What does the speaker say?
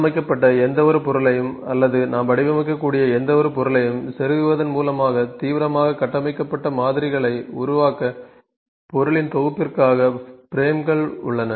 உள்ளமைக்கப்பட்ட எந்தவொரு பொருளையும் அல்லது நாம் வடிவமைக்கக்கூடிய எந்தவொரு பொருளையும் செருகுவதன் மூலம் தீவிரமாக கட்டமைக்கப்பட்ட மாதிரிகளை உருவாக்க பொருள்களின் தொகுப்பிற்காக பிரேம்கள் உள்ளன